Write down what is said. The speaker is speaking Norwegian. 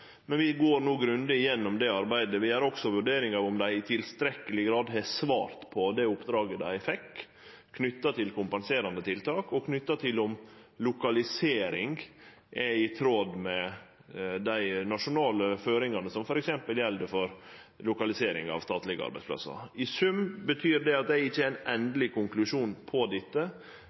Men vi går no grundig igjennom det arbeidet, og vi gjer også vurderingar av om dei i tilstrekkeleg grad har svart på det oppdraget dei fekk, knytt til kompenserande tiltak og knytt til om lokaliseringa er i tråd med dei nasjonale føringane som f.eks. gjeld for lokalisering av statlege arbeidsplassar. I sum betyr det at eg ikkje har nokon endeleg konklusjon